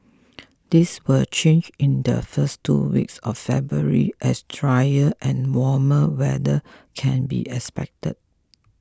this will change in the first two weeks of February as drier and warmer weather can be expected